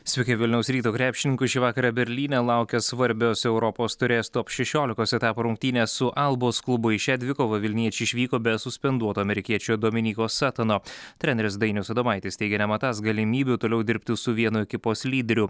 sveiki vilniaus ryto krepšininkų šį vakarą berlyne laukia svarbios europos taurės top šešiolikos etapo rungtynės su albos klubu į šią dvikovą vilniečiai išvyko be suspenduoto amerikiečio dominyko satono treneris dainius adomaitis teigė nematąs galimybių toliau dirbti su vienu ekipos lyderiu